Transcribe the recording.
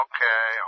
Okay